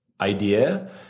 idea